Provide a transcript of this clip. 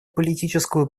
политическую